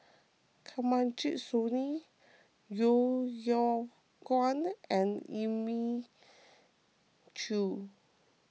Kanwaljit Soin Yeo Yeow Kwang and Elim Chew